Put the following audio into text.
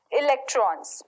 electrons